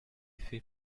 fait